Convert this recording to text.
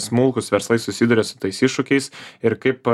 smulkūs verslai susiduria su tais iššūkiais ir kaip